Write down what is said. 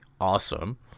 awesome